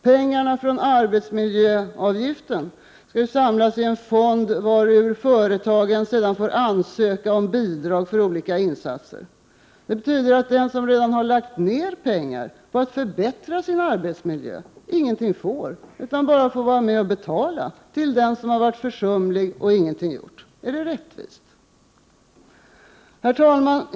Pengarna från arbetsmiljöavgiften skall samlas i en fond, varur företagen sedan får ansöka om bidrag för olika insatser. Det betyder att den som redan lagt ner pengar på att förbättra sin arbetsmiljö ingenting får utan bara får vara med och betala till den som varit försumlig och ingenting gjort. Är det rättvist? Herr talman!